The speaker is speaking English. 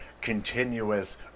continuous